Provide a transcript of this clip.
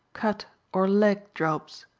cut or leg drops.